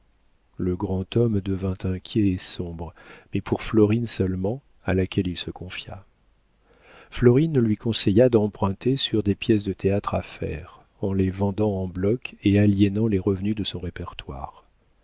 le grand homme devint inquiet et sombre mais pour florine seulement à laquelle il se confia florine lui conseilla d'emprunter sur des pièces de théâtre à faire en les vendant en bloc et aliénant les revenus de son répertoire